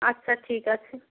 আচ্ছা ঠিক আছে